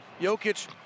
Jokic